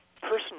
personal